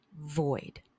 void